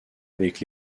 avec